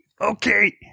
okay